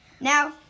Now